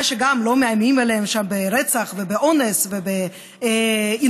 שלא מאיימים עליהם שם ברצח ובאונס ובעינויים.